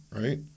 right